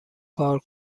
کار